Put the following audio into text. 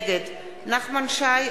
נגד נחמן שי,